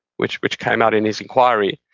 which which came out in his inquiry,